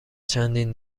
چندین